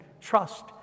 trust